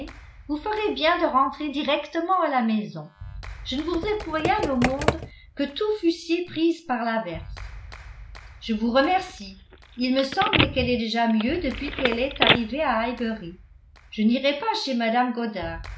vous ferez bien de rentrer directement à la maison je ne voudrais pour rien au monde que tous fussiez prise par l'averse je vous remercie il me semble qu'elle est déjà mieux depuis quelle est arrivée à highbury je n'irai pas chez mme goddard